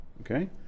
Okay